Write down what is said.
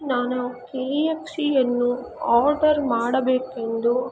ನಾನು K F ಸಿಯನ್ನು order ಮಾಡಬೇಕೆಂದು